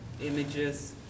images